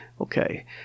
Okay